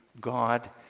God